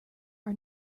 are